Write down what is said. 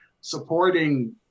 supporting